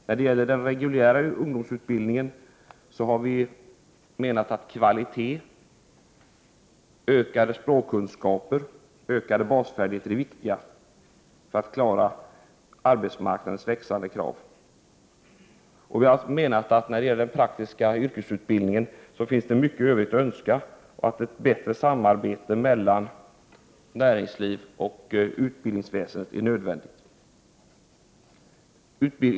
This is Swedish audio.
När det gäller den reguljära ungdomsutbildningen har vi menat att kvalitet, ökade språkkunskaper och ökade basfärdigheter är viktiga för att klara arbetsmarknadens växande krav. I fråga om den praktiska yrkesutbildningen anser vi att det finns mycket övrigt att önska och att ett bättre samarbete mellan näringslivet och utbildningsväsendet är nödvändigt.